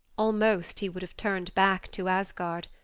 almost he would have turned back to asgard,